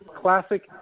classic